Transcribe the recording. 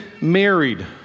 married